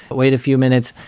but wait a few minutes,